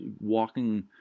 walking